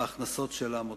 בהכנסות של העמותות.